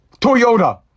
Toyota